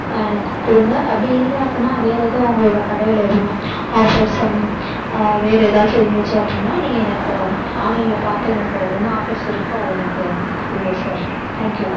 எனக்கு கொடுங்க அப்படி இல்லை அப்படினா வேற எதுவும் அவங்களோட கடையில் எதுவும் ஆஃபர்ஸ் சம் வேற ஏதாச்சும் இருந்துச்சு அப்படினா நீங்கள் எனக்கு ஆன்லைனில் பார்த்து எனக்கு என்ன ஆஃபர்ஸ் இருக்கோ அதை எனக்கு கொடுங்க சார் தேங்க்யூ